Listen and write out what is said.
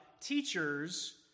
teachers